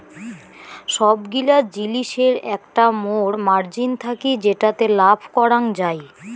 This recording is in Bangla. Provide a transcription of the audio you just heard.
সবগিলা জিলিসের একটা মোর মার্জিন থাকি যেটাতে লাভ করাঙ যাই